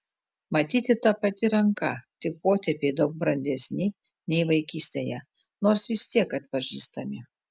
matyti ta pati ranka tik potėpiai daug brandesni nei vaikystėje nors vis tiek atpažįstami